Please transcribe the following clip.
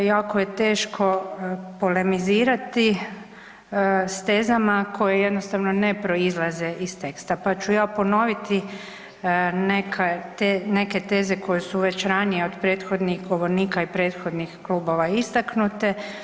Jako je teško polemizirati s tezama koje jednostavno ne proizlaze iz teksta, pa ću ja ponoviti neke teze koje su već ranije od prethodnih govornika i prethodnih klubova istaknute.